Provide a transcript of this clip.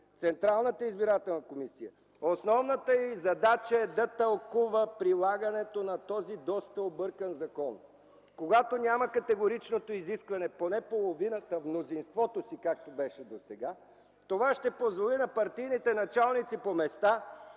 Централната избирателна комисия е да тълкува прилагането на този доста объркан закон. Когато няма категоричното изискване поне половината – „в мнозинството си”, както беше досега, това ще позволи на партийните началници по места